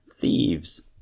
Thieves